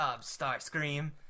Starscream